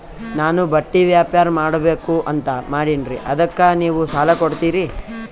ನಾನು ಬಟ್ಟಿ ವ್ಯಾಪಾರ್ ಮಾಡಬಕು ಅಂತ ಮಾಡಿನ್ರಿ ಅದಕ್ಕ ನೀವು ಸಾಲ ಕೊಡ್ತೀರಿ?